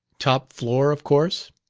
top floor, of course?